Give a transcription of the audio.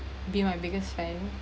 be my biggest fan